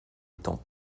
étant